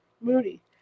Moody